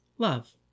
Love